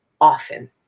often